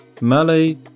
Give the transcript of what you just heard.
Malay